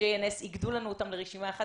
JNS איגדו לנו אותם לרשימה אחת,